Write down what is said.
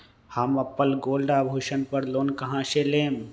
हम अपन गोल्ड आभूषण पर लोन कहां से लेम?